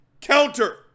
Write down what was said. counter